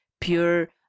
pure